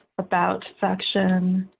about section,